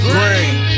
Green